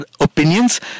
opinions